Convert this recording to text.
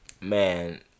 Man